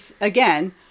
again